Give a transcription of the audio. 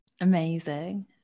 amazing